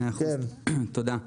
תודה.